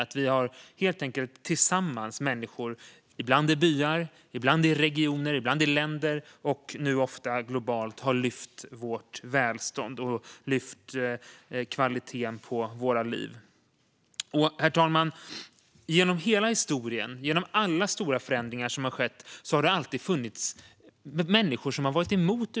Vi människor har helt enkelt tillsammans - ibland i byar, ibland i regioner, ibland i länder och nu ofta globalt - lyft vårt välstånd och kvaliteten i våra liv. Herr talman! Genom hela historien och genom alla stora förändringar som har skett har det alltid funnits människor som har varit emot utveckling.